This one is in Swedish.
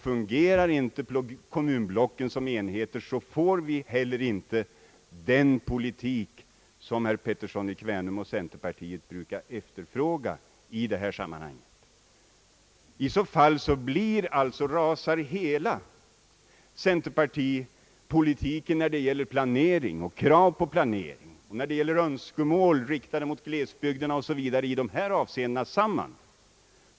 Fungerar inte kommunblocken som enheter får vi heller inte den politik som herr Pettersson och centerpartiet brukar efterfråga i detta sammanhang. I så fall rasar hela centerpartipolitiken med dess krav på planering och önskemål om glesbygderna m. m, i dessa avseenden samman.